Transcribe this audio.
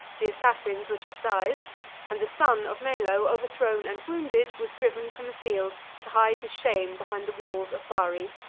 the assassins were chastised and the son of melo, overthrown and wounded, was driven from the field, to hide his shame behind the walls of bari,